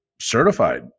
certified